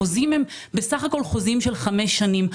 החוזים הם בסך הכול חוזים של חמש שנים.